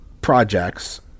projects